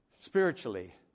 spiritually